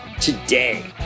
today